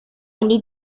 need